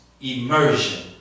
immersion